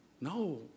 No